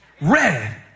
red